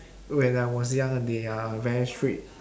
when I was young they are very strict